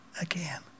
again